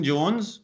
Jones